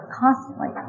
constantly